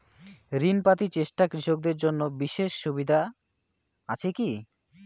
ঋণ পাতি চেষ্টা কৃষকদের জন্য বিশেষ সুবিধা আছি কি?